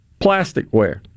plasticware